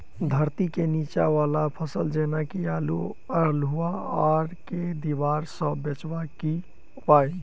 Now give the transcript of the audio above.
धरती केँ नीचा वला फसल जेना की आलु, अल्हुआ आर केँ दीवार सऽ बचेबाक की उपाय?